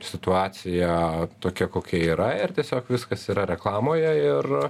situacija tokia kokia yra ir tiesiog viskas yra reklamoje ir